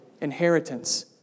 inheritance